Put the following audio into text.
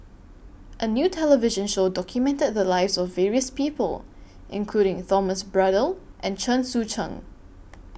A New television Show documented The Lives of various People including Thomas Braddell and Chen Sucheng